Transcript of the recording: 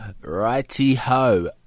Righty-ho